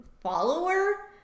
follower